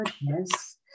Yes